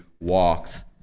walks